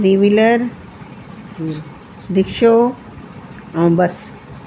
three wheeler रिक्शो ऐं बस